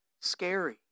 scary